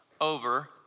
over